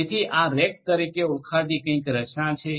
જેથી આ રેક તરીકે ઓળખાતી કંઈક રચના કરે છે